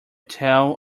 tell